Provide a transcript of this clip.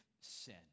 sin